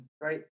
Right